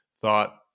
thought